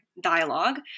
dialogue